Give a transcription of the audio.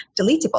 deletable